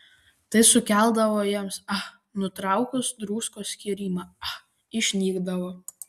tai sukeldavo jiems ah o nutraukus druskos skyrimą ah išnykdavo